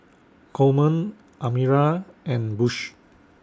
Coleman Amira and Bush